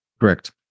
Correct